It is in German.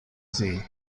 see